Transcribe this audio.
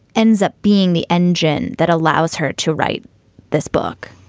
ends up being the engine that allows her to write this book.